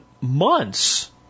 months